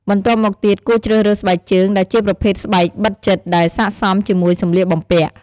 បន្ទាប់មកទៀតគួរជ្រើសរើសស្បែកជើងដែលជាប្រភេទស្បែកបិទជិតដែលស័ក្តិសមជាមួយសម្លៀកបំពាក់។